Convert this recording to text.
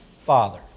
father